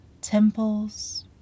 temples